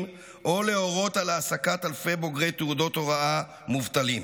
או להורות על העסקת אלפי בוגרי תעודות הוראה מובטלים.